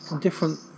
different